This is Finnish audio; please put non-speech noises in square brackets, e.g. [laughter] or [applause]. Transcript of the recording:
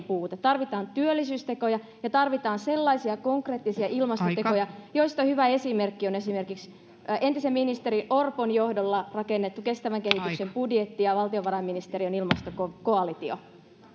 [unintelligible] puute tarvitaan työllisyystekoja ja tarvitaan sellaisia konkreettisia ilmastotekoja joista hyvä esimerkki on esimerkiksi entisen ministeri orpon johdolla rakennettu kestävän kehityksen budjetti ja valtiovarainministeriön ilmastokoalitio arvoisa